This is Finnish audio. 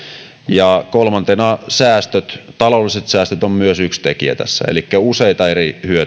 ja kolmantena myös taloudelliset säästöt ovat yksi tekijä tässä elikkä useita eri